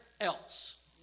else